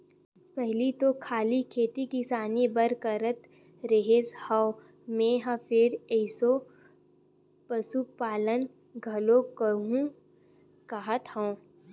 पहिली तो खाली खेती किसानी बस करत रेहे हँव मेंहा फेर एसो पसुपालन घलोक करहूं काहत हंव